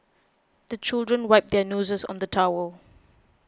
the children wipe their noses on the towel